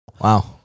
Wow